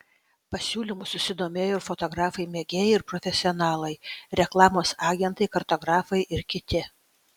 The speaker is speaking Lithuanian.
pasiūlymu susidomėjo ir fotografai mėgėjai ir profesionalai reklamos agentai kartografai ir kiti